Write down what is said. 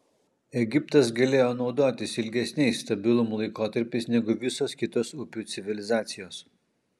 egiptas galėjo naudotis ilgesniais stabilumo laikotarpiais negu visos kitos upių civilizacijos